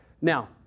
Now